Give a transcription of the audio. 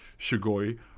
Shigoi